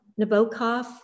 Nabokov